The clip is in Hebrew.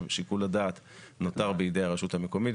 ששיקול הדעת נותר בידי הרשות המקומית.